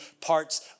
parts